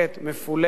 מפולגת,